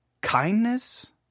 kindness